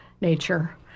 nature